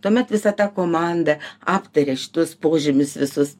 tuomet visa ta komanda aptaria šitus požymius visus